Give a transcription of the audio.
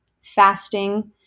fasting